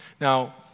Now